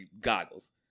goggles